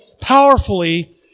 powerfully